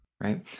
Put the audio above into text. right